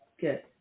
good